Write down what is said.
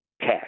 cash